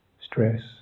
stress